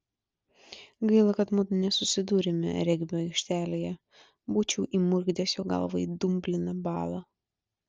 gaila kad mudu nesusidūrėme regbio aikštelėje būčiau įmurkdęs jo galvą į dumbliną balą